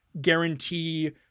guarantee